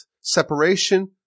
separation